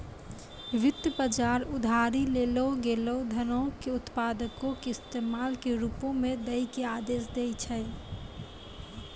वित्त बजार उधारी लेलो गेलो धनो के उत्पादको के इस्तेमाल के रुपो मे दै के आदेश दै छै